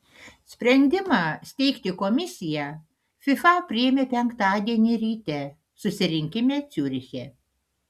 sprendimą steigti komisiją fifa priėmė penktadienį ryte susirinkime ciuriche